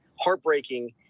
heartbreaking